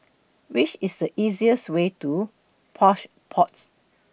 Which IS The easiest Way to Plush Pods